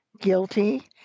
guilty